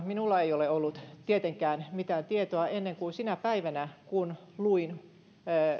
minulla ei ole ollut tietenkään mitään tietoa ennen kuin sinä päivänä kun luin